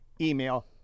email